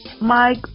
Mike